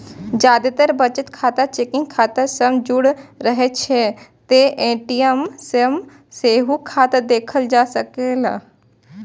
जादेतर बचत खाता चेकिंग खाता सं जुड़ रहै छै, तें ए.टी.एम सं सेहो खाता देखल जा सकैए